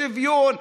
שוויון,